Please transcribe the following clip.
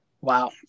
Wow